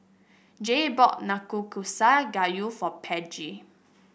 Jay bought Nanakusa Gayu for Peggy